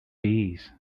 bees